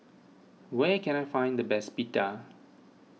where can I find the best Pita